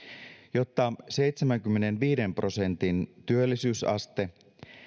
jotta seitsemänkymmenenviiden prosentin työllisyysaste